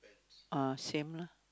uh same lah